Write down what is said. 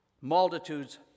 multitudes